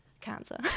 Cancer